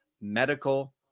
medical